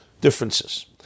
differences